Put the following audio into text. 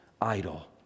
idol